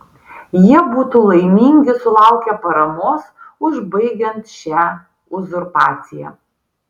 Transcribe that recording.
jie būtų laimingi sulaukę paramos užbaigiant šią uzurpaciją